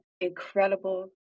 incredible